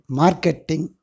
marketing